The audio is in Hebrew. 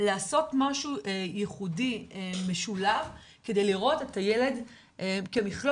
לעשות משהו ייחודי משולב כדי לראות את הילד כמכלול,